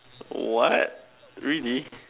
what really